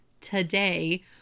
today